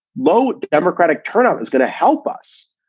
low democratic turnout is going to help us.